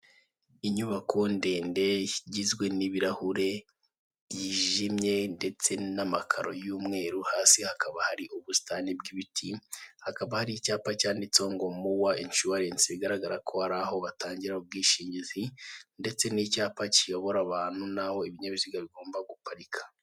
Inyubako ndende igizwe n'ibirahure byijimye ndetse n'amakaro y'umweru, hasi hakaba hari ubusitani bw'ibiti. Hakaba hari icyapa cyanditseho ngo mowa inshuwarensi bigaragara ko hari aho batangira ubwishingizi ndetse n'icyapa kiyobora abantu n'aho ibinyabiziga bigomba gupatika.